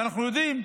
אנחנו יודעים,